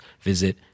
visit